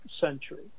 century